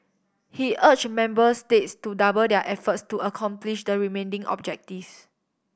he urge member states to double their efforts to accomplish the remaining objectives